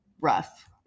rough